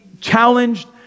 challenged